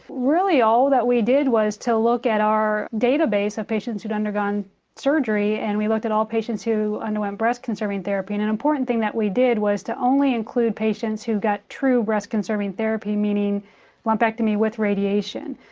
really all that we did was to look at our database of patients who'd undergone surgery, and we looked at all patients who underwent breast-conserving therapy. and an important thing that we did was to only include patients who got true breast conserving therapy, meaning lumpectomy with radiation.